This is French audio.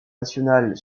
nationale